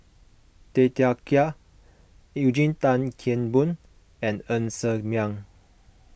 Tay Teow Kiat Eugene Tan Kheng Boon and Ng Ser Miang